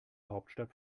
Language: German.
hauptstadt